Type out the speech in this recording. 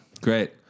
great